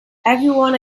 everyone